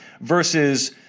versus